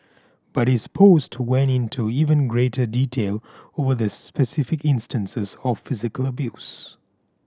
but his post went into even greater detail over the specific instances of physical abuse